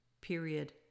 period